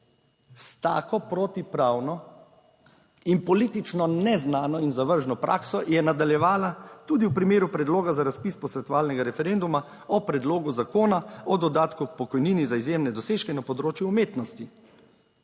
S tako protipravno in politično neznano in zavržno prakso je nadaljevala tudi v primeru predloga za razpis posvetovalnega referenduma o Predlogu Zakona o dodatku k pokojnini za izjemne dosežke na področju umetnosti.